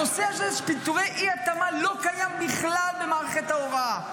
הנושא הזה של פיטורי אי-התאמה לא קיים בכלל במערכת ההוראה.